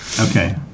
okay